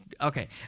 Okay